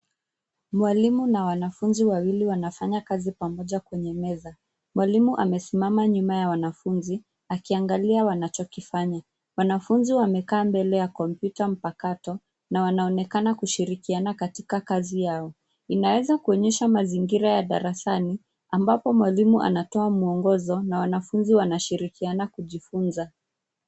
Mwalimu na wanafunzi wawili wanafanya kazi pamoja kwenye meza. Mwalimu amesimama nyuma ya wanafunzi akiangalia wanachokifanya. Wanafunzi wamekaa mbele ya kompyuta mpakato na wanaonekana kushirikiana katika kazi yao. Inaweza kuonyesha mazingira ya darasani, ambapo mwalimu anatoa mwongozo na wanafunzi wanshirikiana kujifunza.